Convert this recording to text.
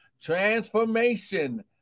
Transformation